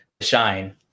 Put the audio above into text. shine